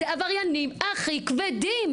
זה עבריינים הכי כבדים,